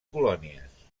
colònies